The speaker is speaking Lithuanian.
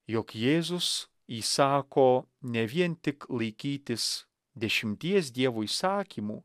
jog jėzus įsako ne vien tik laikytis dešimties dievo įsakymų